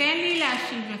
תן לי להשיב לך.